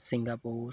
Singapore